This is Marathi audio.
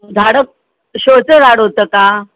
झाडं शोचं झाड होतं का